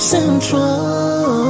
Central